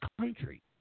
country